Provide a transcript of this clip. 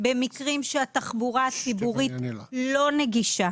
במקרים שהתחבורה הציבורית לא נגישה,